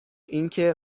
اینکه